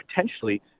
potentially